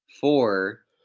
Four